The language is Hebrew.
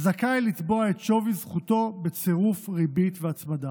זכאי לתבוע את שווי זכותו בצירוף ריבית והצמדה.